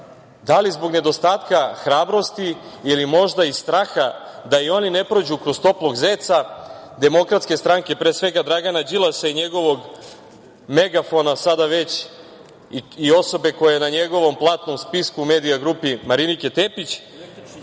da li zbog nedostatka hrabrosti ili možda iz straha da i oni ne prođu kroz toplog zeca DS, pre svega, Dragana Đilasa i njegovog megafona, sada već i osobe koja je na njegovom platnom spisku u "Medija grupi" Marinike Tepić,